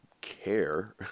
care